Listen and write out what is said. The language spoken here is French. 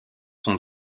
sont